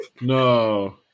no